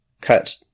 cut